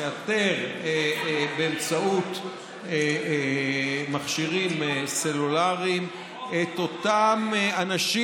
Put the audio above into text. לאתר באמצעות מכשירים סלולריים את אותם אנשים